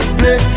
play